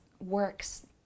works